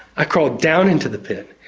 i crawled down into the pit,